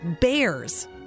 bears